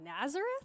Nazareth